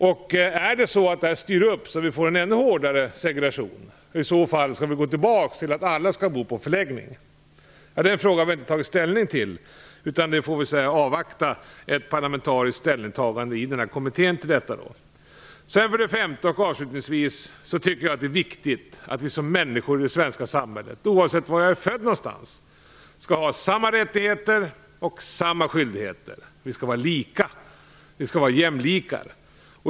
Om det styr så att vi får en ännu hårdare segregation och om vi i så fall skall återgå till systemet där alla bor på förläggningen är en fråga som vi inte har tagit ställning till, utan vi får avvakta ett parlamentariskt ställningstagande i kommittén. För det femte och avslutningsvis tycker jag att det är viktigt att vi som människor i det svenska samhället, oavsett var vi är födda, skall ha samma rättigheter och samma skyldigheter. Vi skall vara lika, vi skall vara jämlikar.